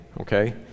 okay